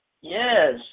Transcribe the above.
Yes